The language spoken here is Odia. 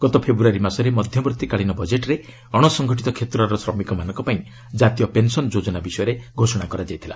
ଗତ ଫେବୃୟାରୀ ମାସରେ ମଧ୍ୟବର୍ତ୍ତୀକାଳୀନ ବଜେଟ୍ରେ ଅଣସଙ୍ଗଠିତ କ୍ଷେତ୍ରର ଶ୍ରମିକମାନଙ୍କପାଇଁ ଜାତୀୟ ପେନ୍ସନ୍ ଯୋଜନା ବିଷୟରେ ଘୋଷଣା କରାଯାଇଥିଲା